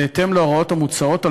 בהתאם להוראות המוצעות,